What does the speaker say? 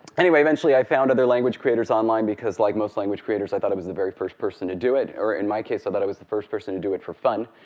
anyway, eventually i found other language creators online because, like most language creators, i thought i was the very first person to do it, or, in my case, i thought i was the first person to do it for fun.